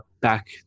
back